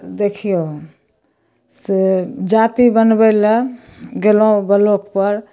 देखिऔ से जाति बनबैलए गेलहुँ ब्लॉकपर